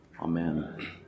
Amen